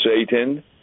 Satan